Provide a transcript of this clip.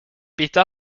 beaten